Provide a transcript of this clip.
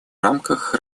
рамках